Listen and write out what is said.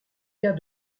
cas